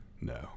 No